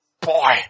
boy